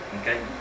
okay